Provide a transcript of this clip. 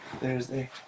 thursday